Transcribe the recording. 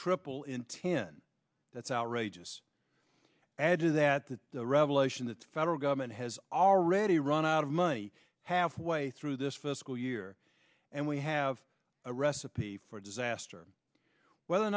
triple in ten that's outrageous add to that that the revelation that the federal government has already run out of money halfway through this fiscal year and we have a recipe for disaster whether or